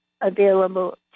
available